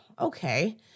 okay